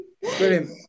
Brilliant